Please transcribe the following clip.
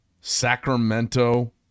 Sacramento